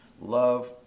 Love